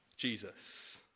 Jesus